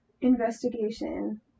investigation